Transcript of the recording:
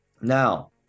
now